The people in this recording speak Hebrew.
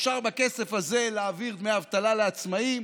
אפשר בכסף הזה להעביר דמי אבטלה לעצמאים,